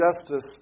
justice